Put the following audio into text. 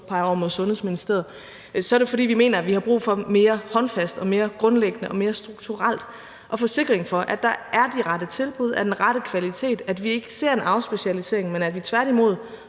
jeg over mod Sundhedsministeriet – så er det, fordi vi mener, at vi har brug for mere håndfast, grundlæggende og strukturelt at få sikkerhed for, at der er de rette tilbud af den rette kvalitet og at vi ikke ser en afspecialisering, men at vi tværtimod